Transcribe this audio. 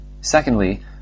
Secondly